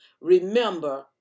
Remember